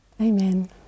Amen